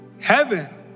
Heaven